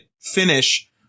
finish